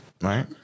right